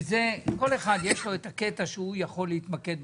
וזה, כל אחד יש לו את הקטע שהוא יכול להתמקד בו.